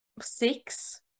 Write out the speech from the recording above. six